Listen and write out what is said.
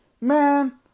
man